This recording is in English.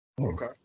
Okay